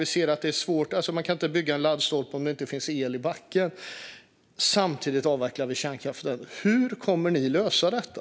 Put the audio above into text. Vi ser att det är svårt - man kan inte bygga en laddstolpe om det inte finns el i backen. Samtidigt avvecklar vi kärnkraften. Hur kommer ni att lösa detta?